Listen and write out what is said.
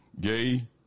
Gay